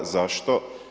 Zašto?